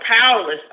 powerless